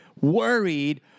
worried